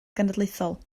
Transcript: genedlaethol